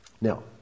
Now